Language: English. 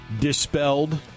dispelled